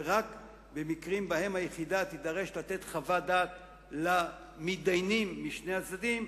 ורק במקרים שבהם היחידה תידרש לתת חוות דעת למתדיינים משני הצדדים,